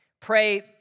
Pray